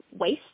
waste